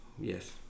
yes